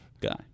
Guy